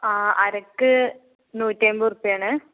ആ അരക്ക് നൂറ്റിയെൺപത് രൂപയാണ്